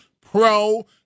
pro